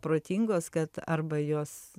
protingos kad arba jos